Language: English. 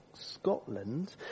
Scotland